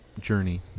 journey